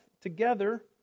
together